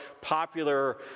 popular